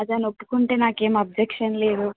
అతను ఒొప్పుకుంటే నాకేం అబ్జెక్షన్ లేదు